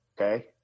okay